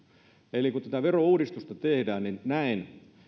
eli kun tätä verouudistusta tehdään niin näen